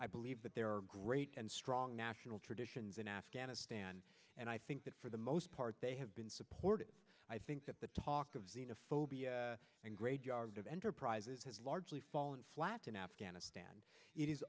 i believe that there are great and strong national traditions in afghanistan and i think that for the most part they have been supportive i think that the talk of xenophobia and graveyard of enterprises has largely fallen flat in afghanistan i